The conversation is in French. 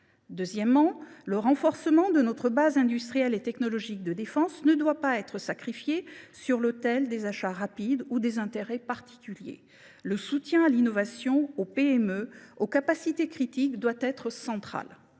Ensuite, le renforcement de notre base industrielle et technologique de défense ne doit pas être sacrifié sur l’autel des achats rapides ou des intérêts particuliers. Le soutien à l’innovation, aux PME et aux capacités critiques doit être central.